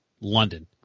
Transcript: London